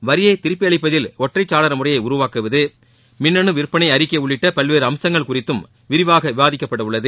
வரியை திருப்பி அளிப்பதில் ஒற்றை சாளர முறையை உருவாக்குவது மின்னனு விற்பளை அறிக்கை உள்ளிட்ட பல்வேறு அம்சங்கள் குறித்தும் விரிவாக விவாதிக்கப்படவுள்ளது